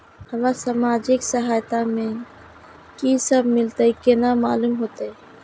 हमरा सामाजिक सहायता में की सब मिलते केना मालूम होते?